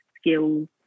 skills